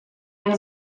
jen